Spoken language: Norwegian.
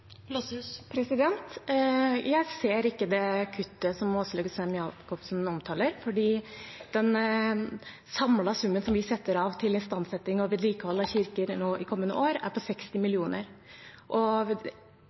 Jeg ser ikke det kuttet som Åslaug Sem-Jacobsen omtaler, fordi den samlede summen som vi setter av til istandsetting og vedlikehold av kirker for kommende år, er på 60 mill. kr. Og